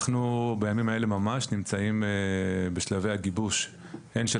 אנחנו בימים האלה ממש נמצאים בשלבי הגיבוש הן של